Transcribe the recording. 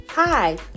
Hi